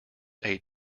aid